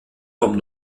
vom